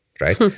right